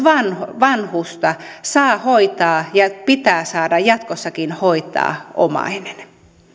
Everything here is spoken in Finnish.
vanhusta saa hoitaa ja pitää saada jatkossakin hoitaa omainen